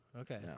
Okay